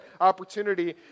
opportunity